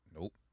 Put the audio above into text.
Nope